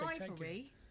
rivalry